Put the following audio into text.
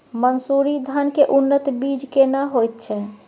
मन्सूरी धान के उन्नत बीज केना होयत छै?